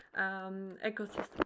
ecosystem